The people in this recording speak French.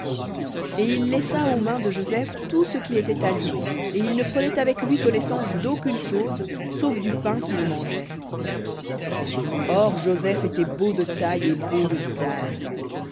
et il laissa aux mains de joseph tout ce qui était à lui et il ne prenait avec lui connaissance d'aucune chose sauf du pain qu'il mangeait or joseph était beau de taille et beau de visage